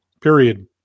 period